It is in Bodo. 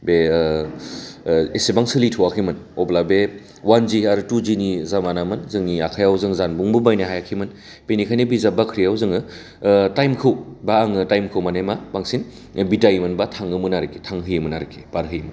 बे एसेबां सोलिथआखैमोन अब्ला बे वानजि आरो टुजिनि जामानामोन जोंनि आखाइयाव जों जानबुंबो बायनो हायाखैमोन बेनिखायनो बिजाब बाख्रियाव जोङो टाइमखौ बा आङो टाइमखौ माने मा बांसिन बिदाय मोनबा थाङोमोन आरोखि थांहोयोमोन आरोखि बारहोयोमोन